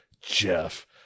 Jeff